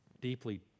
deeply